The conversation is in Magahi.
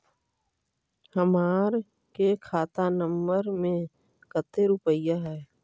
हमार के खाता नंबर में कते रूपैया है?